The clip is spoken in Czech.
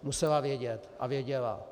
Musela vědět a věděla.